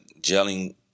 gelling